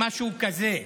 משהו כזה,